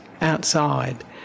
outside